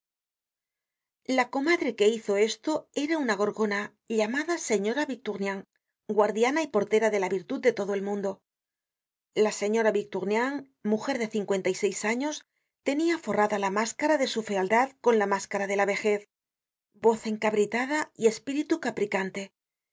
la comadre que esto hizo era una gorgona llamada señora victumien guardiana y portera de la virtud de todo el mundo la señora victurnien mujer de cincuenta y seis años tenia forrada la máscara de su fealdad con la máscara de la vejez voz encabritada y espíritu capricante